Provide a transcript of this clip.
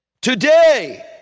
Today